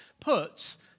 puts